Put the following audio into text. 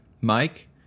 Mike